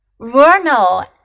Vernal